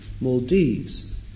Maldives